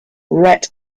rhett